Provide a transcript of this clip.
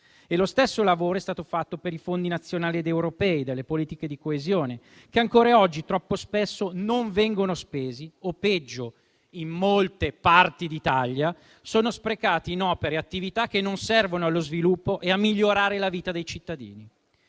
Lo stesso lavoro è stato fatto per i fondi nazionali ed europei delle politiche di coesione, che ancora oggi troppo spesso non vengono spesi o, peggio, in molte parti d'Italia sono sprecati in opere e attività che non servono allo sviluppo e a migliorare la vita dei cittadini.